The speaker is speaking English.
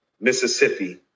Mississippi